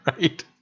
right